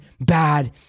bad